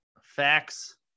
facts